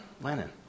Lennon